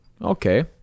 Okay